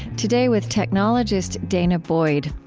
today, with technologist danah boyd.